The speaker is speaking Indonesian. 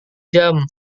jam